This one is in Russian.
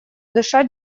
дыша